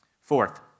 Fourth